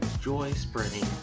joy-spreading